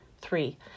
Three